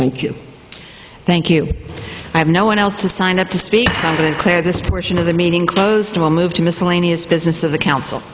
thank you thank you i have no one else to sign up to speak from and clear this portion of the meeting closed will move to miscellaneous business of the council